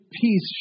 peace